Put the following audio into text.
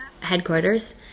headquarters